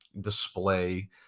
display